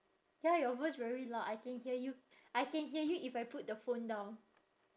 ya your voice very loud I can hear you I can hear you if I put the phone down